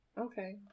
Okay